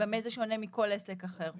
במה זה שונה מכל עסק אחר.